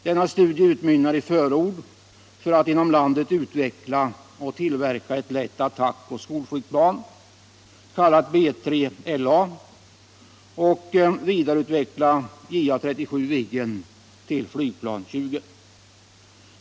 Denna studie utmynnar i förord för att inom landet utveckla och tillverka ett lätt attackoch skolflygplan, kallat BILA, och vidareutveckla JA 37 Viggen till flygplan 20.